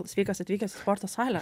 sveikas atvykęs į sporto salę